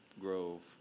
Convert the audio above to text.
Grove